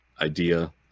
idea